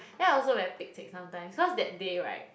then I also very pek-chek sometimes cause that day [right]